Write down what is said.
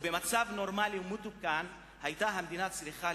ובמצב נורמלי ומתוקן היתה המדינה צריכה